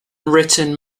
written